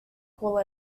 call